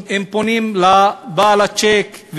הם פונים לבעל הצ'ק,